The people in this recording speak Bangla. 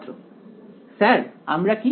ছাত্র স্যার আমরা কি